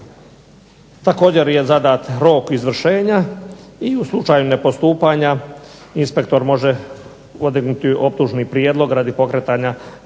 Također je zadat rok izvršenja i u slučaju nepostupanja inspektor može podignuti optužni prijedlog radi pokretanja